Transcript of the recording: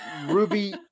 Ruby